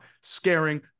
scaring